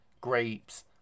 grapes